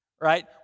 right